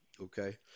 okay